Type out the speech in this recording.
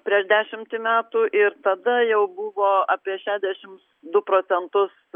prieš dešimtį metų ir tada jau buvo apie šedešimts du procentus